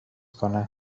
کنن